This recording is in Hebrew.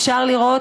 אפשר לראות.